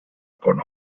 con